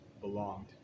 belonged